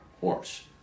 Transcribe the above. horse